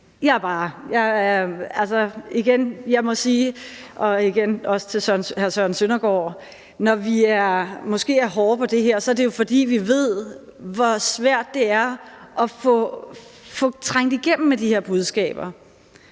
det er også til hr. Søren Søndergaard, at når vi måske er hårde på det her område, er det jo, fordi vi ved, hvor svært det er trænge igennem med de her budskaber.